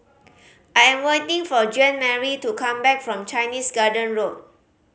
I am waiting for Jeanmarie to come back from Chinese Garden Road